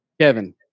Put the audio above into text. Kevin